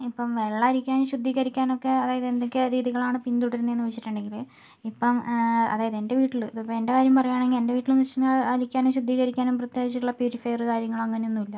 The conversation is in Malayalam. ഇപ്പോൾ വെള്ളമരിക്കാനും ശുദ്ധീകരിക്കാനുമൊക്കെ അതായത് എന്തൊക്കെ രീതികളാണ് പിന്തുടരുന്നതെന്ന് വെച്ചിട്ടുണ്ടെങ്കില് ഇപ്പോൾ അതായത് എന്റെ വീട്ടില് ഇതിപ്പോൾ എന്റെ കാര്യം പറയുകയാണെങ്കിൽ എന്റെ വീട്ടിലെന്ന് വെച്ച് കഴിഞ്ഞാൽ അരിക്കാനും ശുദ്ധീകരിക്കാനും പ്രത്യേകിച്ചിട്ടുള്ള പ്യൂരിഫയർ കാര്യങ്ങള് അങ്ങനെയൊന്നുമില്ല